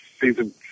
season